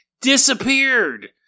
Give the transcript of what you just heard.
disappeared